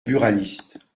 buralistes